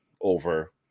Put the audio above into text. over